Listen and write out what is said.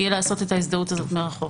יהיה לעשות את ההזדהות מרחוק.